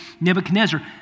Nebuchadnezzar